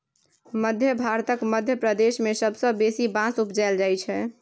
मध्य भारतक मध्य प्रदेश मे सबसँ बेसी बाँस उपजाएल जाइ छै